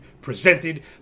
presented